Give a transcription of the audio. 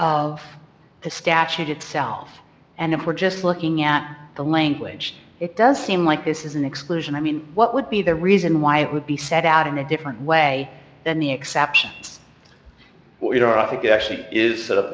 of the statute itself and if we're just looking at the language it does seem like this is an exclusion i mean what would be the reason why it would be set out in a different way than the exception i think it actually is set up